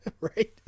Right